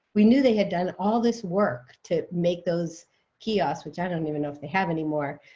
we knew they had done all this work to make those kiosks which i don't even know if they have anymore